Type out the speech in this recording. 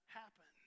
happen